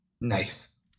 Nice